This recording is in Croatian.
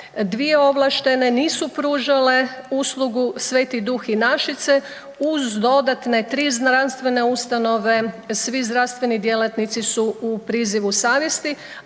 dvije ovlaštene, nisu pružale uslugu, Sveti Duh i Našice uz dodatne tri znanstvene ustanove, svi zdravstveni djelatnici u prizivu savjesti